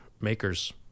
Makers